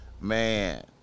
Man